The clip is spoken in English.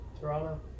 Toronto